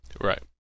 Right